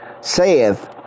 saith